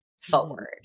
forward